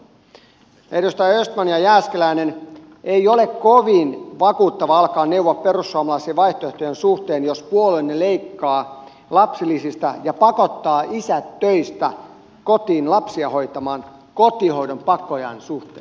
edustajat östman ja jääskeläinen ei ole kovin vakuuttavaa alkaa neuvoa perussuomalaisia vaihtoehtojen suhteen jos puolueenne leikkaa lapsilisistä ja pakottaa isät töistä kotiin lapsia hoitamaan kotihoidon pakkojaon suhteen